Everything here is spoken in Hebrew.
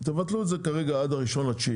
תבטלו את זה כרגע עד ה-1.9,